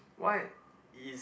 why is